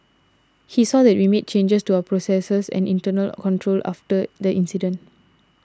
he saw that we made changes to our processes and internal controls after the incident